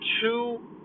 two